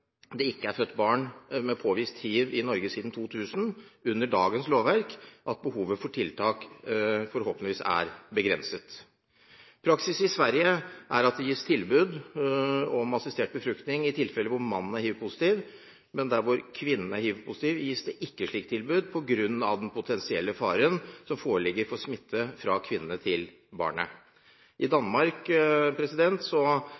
ikke er født barn med påvist hiv i Norge siden 2000 – under dagens lovverk – at behovet for tiltak forhåpentligvis er begrenset. Praksis i Sverige er at det gis tilbud om assistert befruktning i tilfeller hvor mannen er hivpositiv, men der hvor kvinnen er hivpositiv, gis det ikke et slikt tilbud på grunn av den potensielle faren som foreligger for smitte fra kvinnen til barnet. I